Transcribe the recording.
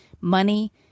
money